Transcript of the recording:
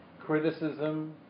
criticism